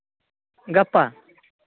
ᱜᱟᱯᱟ